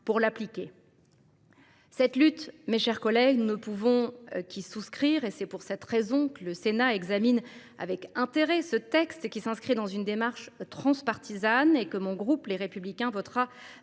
nécessaires ! Cette lutte, mes chers collègues, nous ne pouvons qu’y souscrire, et c’est pour cette raison que le Sénat examine ce texte avec intérêt. Celui ci s’inscrit dans une démarche transpartisane, et le groupe Les Républicains le votera